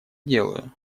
делаю